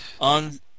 on